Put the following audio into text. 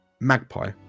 Magpie